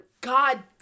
God